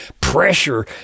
pressure